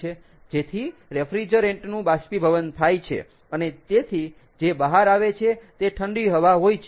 જેથી રેફ્રીજરેન્ટ નું બાષ્પીભવન થાય છે અને તેથી જે બહાર આવે છે તે ઠંડી હવા હોય છે